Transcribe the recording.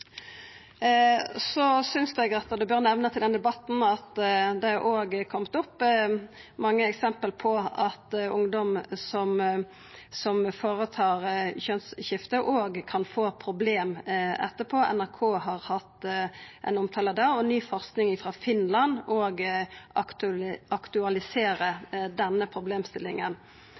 Så synest eg det bør nemnast i denne debatten at det òg er kome mange eksempel på at ungdom som føretar kjønnsskifte, kan få problem etterpå. NRK har hatt ein omtale av det, og òg ny forsking frå Finland aktualiserer denne problemstillinga. Men vi støttar det som er merknadene frå fleirtalet i denne